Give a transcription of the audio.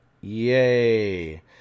Yay